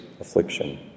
affliction